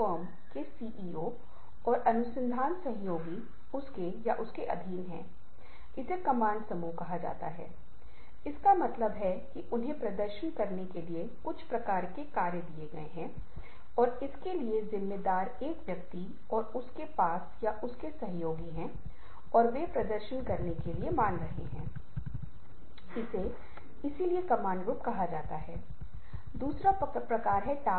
इसलिए मल्टीमीडिया आयाम पर मैं जल्दी से चर्चा करूँगा जब कई घटक एक साथ आते हैं तो हम इसे मल्टीमीडिया कहते हैं और अगर हम परतों को देखने लगते हैं तो पहला कदम यह होगा कि हम टेक्स्ट या विजुअल को देखें